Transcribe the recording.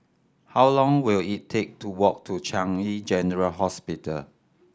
how long will it take to walk to Changi General Hospital